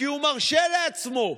כי הוא מרשה לעצמו.